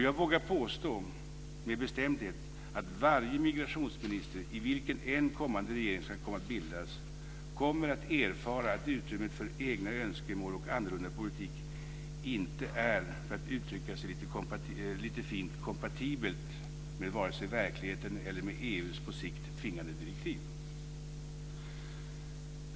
Jag vågar med bestämdhet påstå att varje migrationsminister oavsett vilken regering som kan komma att bildas kommer att erfara att utrymmet för egna önskemål och en annorlunda politik inte, för att uttrycka sig lite fint, är kompatibelt med vare sig verkligheten eller EU:s på sikt tvingande direktiv.